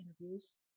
interviews